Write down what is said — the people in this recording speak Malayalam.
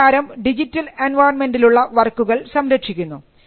അത് പ്രകാരം ഡിജിറ്റൽ എൻവിയോൺമെൻറിലുള്ള വർക്കുകൾ സംരക്ഷിക്കുന്നു